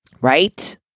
right